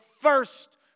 first